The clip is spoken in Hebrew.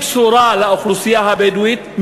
כבשורה לאוכלוסייה הבדואית,